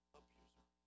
abuser